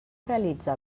realitza